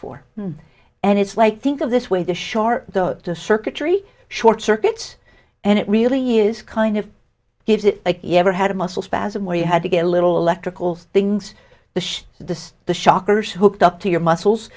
for and it's like think of this way the shore the circuitry short circuits and it really is kind of gives it they ever had a muscle spasm where you had to get a little electrical things the the the shockers hooked up to your muscles